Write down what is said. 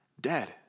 dead